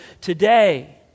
today